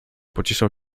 pocieszał